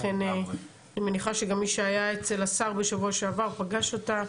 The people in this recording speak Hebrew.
לכן אני מניחה שגם מי שהיה אצל השר בשבוע שעבר פגש אותה,